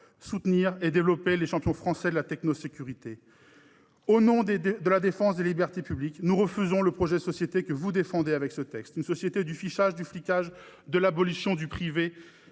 soutenir et développer des champions français de la technosécurité. Au nom de la défense des libertés publiques, nous refusons le projet de société que vous défendez avec ce texte : une société du fichage, du flicage, de l'abolition du privé